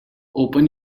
open